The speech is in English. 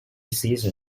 season